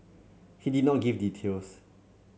he did not give details